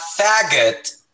faggot